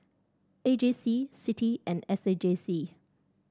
A J C CITI and S A J C